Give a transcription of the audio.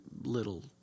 little